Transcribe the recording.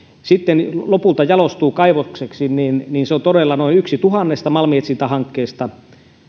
sitten lopulta jalostuu kaivokseksi niin niin se on todella noin yksi tuhannesta malminetsintähankkeesta